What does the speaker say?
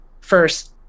first